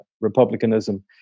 republicanism